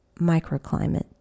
microclimate